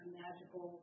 magical